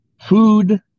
food